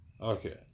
Okay